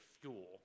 fuel